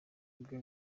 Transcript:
bwe